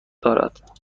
دارد